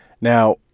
Now